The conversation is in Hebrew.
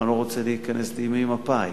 אני לא רוצה להיכנס לימי מפא"י,